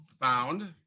found